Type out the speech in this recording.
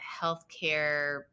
healthcare